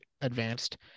advanced